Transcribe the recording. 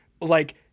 like-